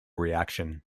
reaction